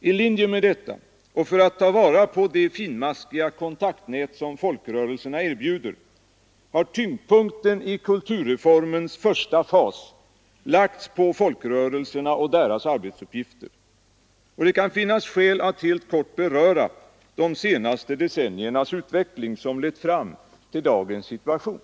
I linje med detta och för att ta vara på det finmaskiga kontaktnät som folkrörelserna erbjuder har tyngdpunkten i kulturreformens första fas lagts på folkrörelserna och deras arbetsuppgifter, och det kan finnas skäl att helt kort beröra de senaste decenniernas utveckling som lett fram till dagens situation.